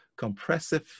compressive